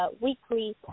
weekly